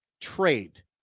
trade